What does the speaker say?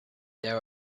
there